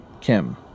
Kim